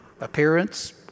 appearance